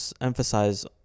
emphasize